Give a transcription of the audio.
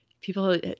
people